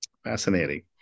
Fascinating